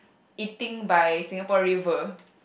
eating by Singapore-River